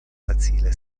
facile